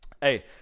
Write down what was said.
Hey